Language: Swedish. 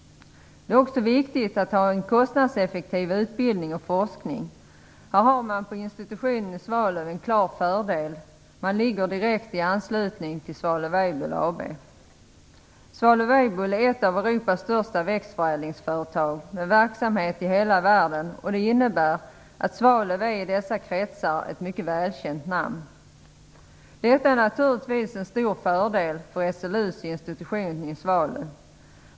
Det är också viktigt att ha en kostnadseffektiv utbildning och forskning. Här har man på institutionen i Svalöv en klar fördel, eftersom man ligger i direkt anslutning till Svalöf Weibull AB. Svalöf Weibull är ett av Europas största växtförädlingsföretag med verksamhet i hela världen. Det innebär att Svalöv i dessa kretsar är ett mycket välkänt namn. Detta är naturligtvis en stor fördel för SLU:s institution i Svalöv.